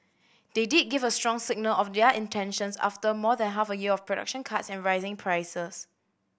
they did give a strong signal of their intentions after more than half a year of production cuts and rising prices